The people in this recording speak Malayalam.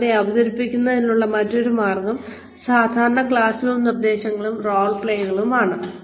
കൂടാതെ അവതരിപ്പിക്കുന്നതിനുള്ള മറ്റൊരു മാർഗ്ഗം സാധാരണ ക്ലാസ്റൂം നിർദ്ദേശങ്ങളും റോൾ പ്ലേകളുമാണ്